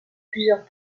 plusieurs